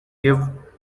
give